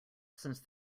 since